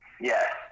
Yes